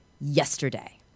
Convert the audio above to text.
yesterday